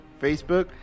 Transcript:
Facebook